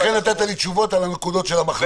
לכן נתת לי תשובות על הנקודות של המחלוקת.